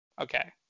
okay